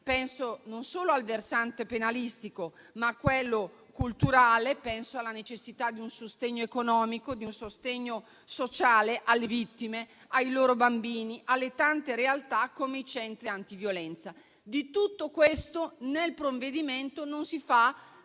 Penso non solo al versante penalistico, ma anche a quello culturale e alla necessità di un sostegno economico e sociale alle vittime, ai loro bambini e alle tante realtà come i centri antiviolenza. A tutto questo nel provvedimento non si fa